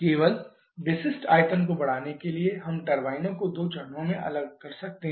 केवल विशिष्ट आयतन को बढ़ाने के लिए हम टर्बाइनों को 2 चरणों में अलग कर सकते हैं